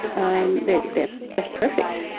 um they're they're just perfect.